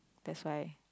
that's why